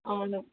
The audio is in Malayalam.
ആണ്